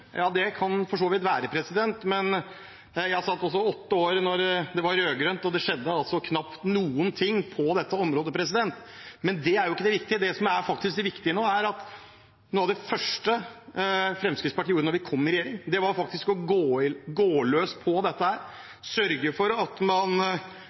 Ja, det kan for så vidt være. I åtte år da det var rød-grønt, skjedde det knapt noen ting på dette området. Men det er ikke det viktige. Det som faktisk er det viktige nå, er at noe av det første Fremskrittspartiet gjorde da vi kom i regjering, var å gå løs på dette,